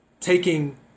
Taking